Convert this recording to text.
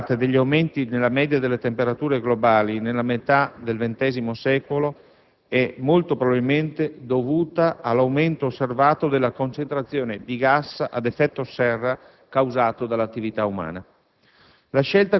che "la maggior parte degli aumenti nella media delle temperature globali dalla metà del XX secolo è, molto probabilmente, dovuta all'aumento osservato della concentrazione di gas ad effetto serra causato dall'attività umana".